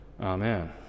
amen